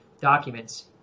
documents